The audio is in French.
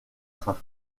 trains